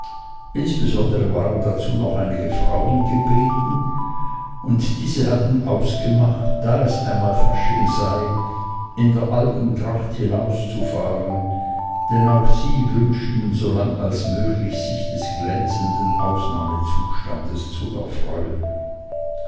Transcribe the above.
insbesondere waren dazu noch einige frauen gebeten und diese hatten ausgemacht da es einmal fasching sei in der alten tracht hinauszufahren denn auch sie wünschten so lang als möglich sich des glänzenden ausnahmezustandes zu erfreuen